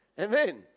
Amen